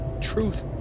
Truth